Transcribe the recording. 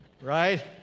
right